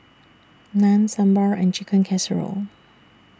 Naan Sambar and Chicken Casserole